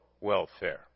welfare